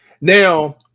Now